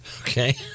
Okay